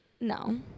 No